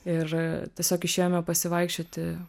ir tiesiog išėjome pasivaikščioti